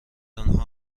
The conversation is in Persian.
آنها